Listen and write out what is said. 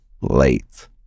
late